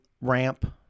ramp